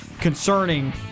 concerning